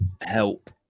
help